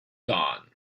done